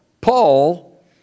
Paul